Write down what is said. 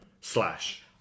slash